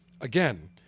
Again